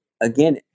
again